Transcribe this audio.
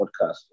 podcast